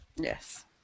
Yes